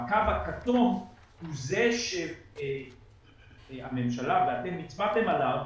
הקו הכתום הוא זה שהממשלה ואתם הצבעתם עליו,